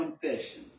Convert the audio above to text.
confession